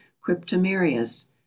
cryptomerias